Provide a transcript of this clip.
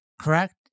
correct